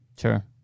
sure